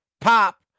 Pop